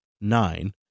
nine